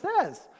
says